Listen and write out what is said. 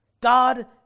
God